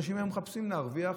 אנשים היום מחפשים להרוויח.